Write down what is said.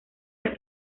las